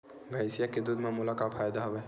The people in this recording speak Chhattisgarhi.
भैंसिया के दूध म मोला का फ़ायदा हवय?